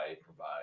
provide